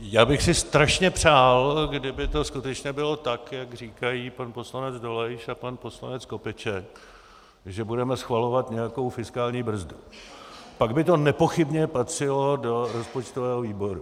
Já bych si strašně přál, kdyby to skutečně bylo tak, jak říkají pan poslanec Dolejš a pan poslanec Skopeček, že budeme schvalovat nějakou fiskální brzdu, pak by to nepochybně patřilo do rozpočtového výboru.